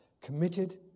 committed